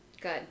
Good